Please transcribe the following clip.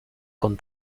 con